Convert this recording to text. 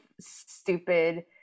stupid